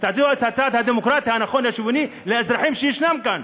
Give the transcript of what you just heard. אז תעשו את הצעד הדמוקרטי הנכון השוויוני לאזרחים שישנם כאן.